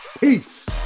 peace